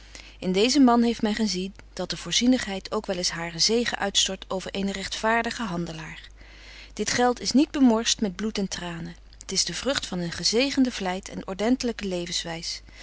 in deezen man heeft men gezien dat de voorzienigheid ook wel eens haren zegen uitstort over eenen rechtvaardigen handelaar dit geld is niet bemorscht met bloed en tranen t is de vrucht van een gezegenden vlyt en ordentelyke levenswys